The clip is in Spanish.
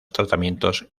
tratamientos